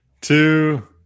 two